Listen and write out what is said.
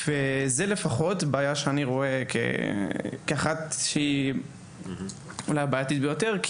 זוהי הבעיה שאני רואה כבעייתית ביותר,